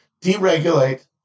deregulate